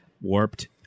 Warped